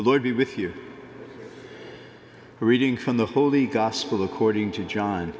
lord be with you reading from the holy gospel according to john